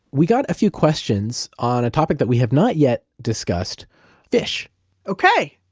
we got a few questions on a topic that we have not yet discussed fish okay!